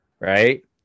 Right